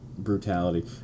Brutality